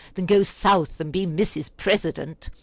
than go south and be mrs. president.